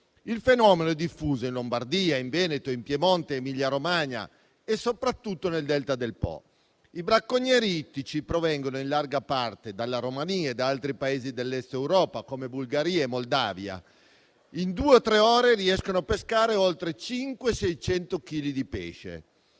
Il fenomeno è diffuso in Lombardia, in Veneto, in Piemonte, in Emilia-Romagna e soprattutto nel Delta del Po. I bracconieri ittici provengono in larga parte dalla Romania e da altri Paesi dell'Est Europa, come Bulgaria e Moldavia. In due o tre ore riescono a pescare oltre 5-600 chilogrammi di pesce.